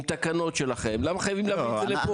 עם תקנות משלכם למה אתם חייבים להביא את זה לפה?